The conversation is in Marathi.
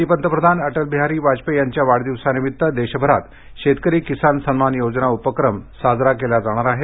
माजी पंतप्रधान अटल बिहारी वाजपेयी यांच्या वाढदिवसानिमित्त देशभरात शेतकरी किसान सन्मान योजना उपक्रम साजरा केला जाणार आहे